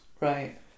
Right